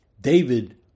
David